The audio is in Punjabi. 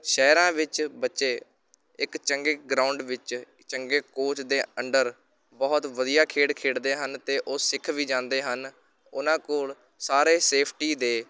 ਸ਼ਹਿਰਾਂ ਵਿੱਚ ਬੱਚੇ ਇੱਕ ਚੰਗੇ ਗਰਾਊਂਡ ਵਿੱਚ ਚੰਗੇ ਕੋਚ ਦੇ ਅੰਡਰ ਬਹੁਤ ਵਧੀਆ ਖੇਡ ਖੇਡਦੇ ਹਨ ਅਤੇ ਉਹ ਸਿੱਖ ਵੀ ਜਾਂਦੇ ਹਨ ਉਹਨਾਂ ਕੋਲ ਸਾਰੇ ਸੇਫਟੀ ਦੇ